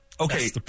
Okay